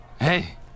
Hey